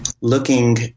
looking